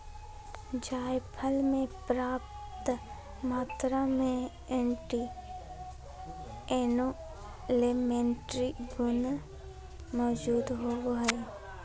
जायफल मे प्रयाप्त मात्रा में एंटी इंफ्लेमेट्री गुण मौजूद होवई हई